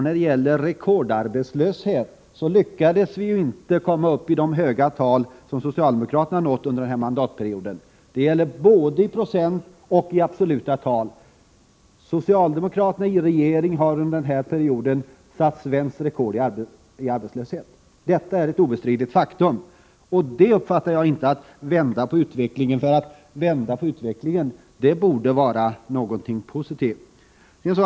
När det gäller rekordarbetslöshet lyckades vi inte komma upp i de höga tal som socialdemokraterna nått under den här mandatperioden, och det gäller både i procent och i absoluta tal! Den socialdemokratiska regeringen har under denna period satt arbetslöshetsrekord. Detta är ett obestridligt faktum. Det uppfattar jag inte som att vända på utvecklingen, för att vända på utvecklingen borde vara någonting positivt.